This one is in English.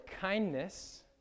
kindness